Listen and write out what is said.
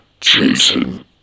jason